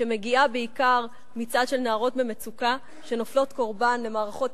בעיקר של נערות במצוקה שנופלות קורבן למערכות